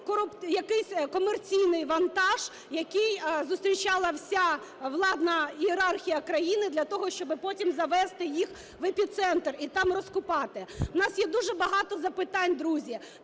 якийсь комерційний вантаж, який зустрічала вся владна ієрархія країни для того, щоб потім завезти їх в "Епіцентр" і там розкупати. У нас є дуже багато запитань, друзі.